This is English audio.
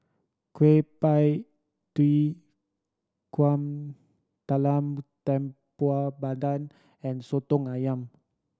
Kueh Pie Tee talam tepong pandan and Soto Ayam